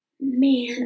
Man